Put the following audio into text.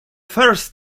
first